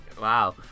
Wow